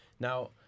now